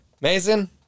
Mason